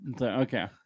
Okay